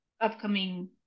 upcoming